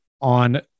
on